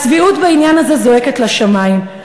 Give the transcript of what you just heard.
הצביעות בעניין הזה זועקת לשמים.